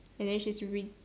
and then she's read